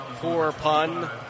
four-pun